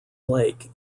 lake